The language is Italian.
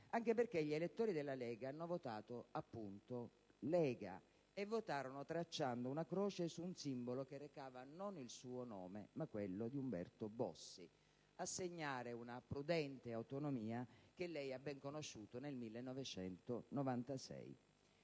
anche perché gli elettori della Lega hanno votato - appunto - Lega, tracciando una croce su un simbolo che recava non il suo nome, ma quello di Umberto Bossi, a segnare una prudente autonomia che lei ha ben conosciuto nel 1996.